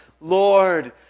Lord